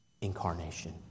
incarnation